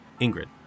Ingrid